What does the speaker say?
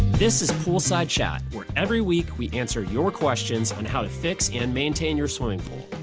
this is poolside chat, where every week we answer your questions on how to fix and maintain your swimming pool.